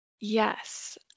Yes